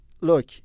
look